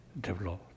develop